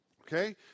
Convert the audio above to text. Okay